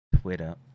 Twitter